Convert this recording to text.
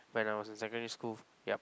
when I was in secondary school yup